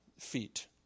feet